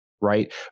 right